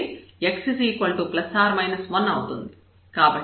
అంటే x ± 1 అవుతుంది